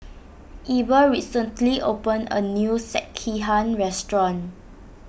Eber recently opened a new Sekihan restaurant